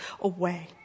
away